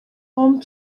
home